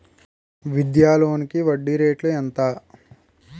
విద్యా లోనికి వడ్డీ రేటు ఎంత?